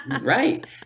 right